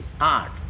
art